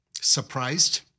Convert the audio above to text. Surprised